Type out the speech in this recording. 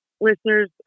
Listeners